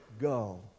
go